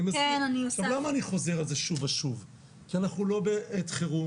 אני חוזר על זה שוב ושוב כי אנחנו לא בעת חירום